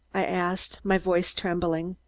i asked, my voice trembling.